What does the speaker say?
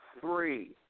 three